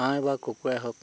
হাঁহ বা কুকুৰাই হওক